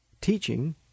teaching